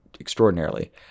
extraordinarily